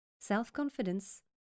self-confidence